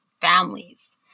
families